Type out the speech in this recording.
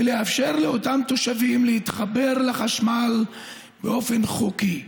ולאפשר לאותם תושבים להתחבר לחשמל באופן חוקי,